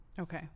Okay